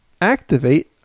activate